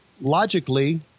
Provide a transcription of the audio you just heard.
logically